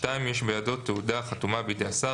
(2)יש בידו תעודה החתומה בידי השר,